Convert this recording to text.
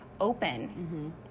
open